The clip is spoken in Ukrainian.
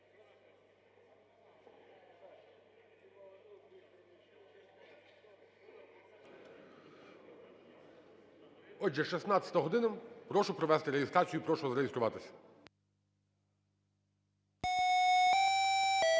Отже, 16 година. Прошу провести реєстрацію і прошу зареєструватись. 16:01:07